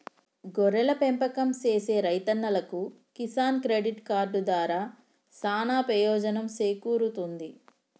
గొర్రెల పెంపకం సేసే రైతన్నలకు కిసాన్ క్రెడిట్ కార్డు దారా సానా పెయోజనం సేకూరుతుంది